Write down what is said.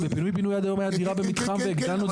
שבפינוי בינוי הייתה עד היום דירה במתחם והגדלנו --- כן,